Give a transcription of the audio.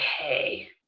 okay